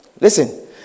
listen